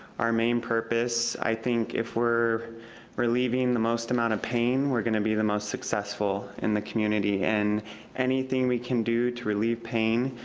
our main purpose, i think, if we're relieving the most amount of pain, we're gonna be the most successful in the community, and anything we can do to relieve pain,